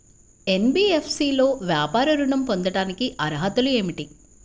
NBFC లో వ్యాపార ఋణం పొందటానికి అర్హతలు ఏమిటీ?